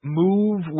move